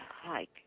hike